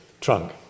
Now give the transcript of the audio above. trunk